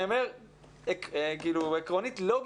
עקרונית, לוגית,